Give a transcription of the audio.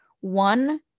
one